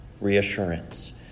reassurance